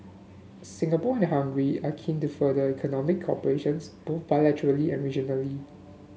Singapore and Hungary are keen to further economic cooperation's both bilaterally and regionally